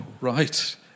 right